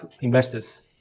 investors